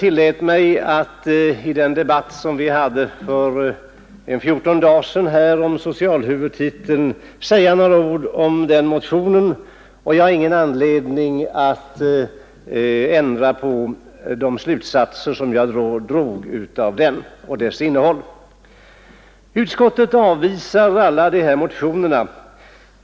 I en debatt om socialhuvudtiteln för fjorton dagar sedan tillät jag mig säga några ord om den motionen, och jag har ingen anledning att ändra de slutsatser som jag då drog av motionen och dess innehåll. Utskottet avstyrker alla dessa motioner.